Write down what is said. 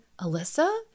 Alyssa